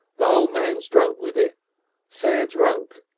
the o' man's drunk with it fair drunk,